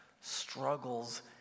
struggles